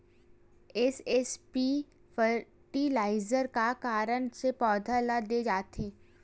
SSP fertiliser का कारण से पौधा ल दे जाथे?